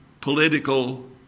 political